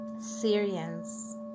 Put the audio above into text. Syrians